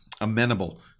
amenable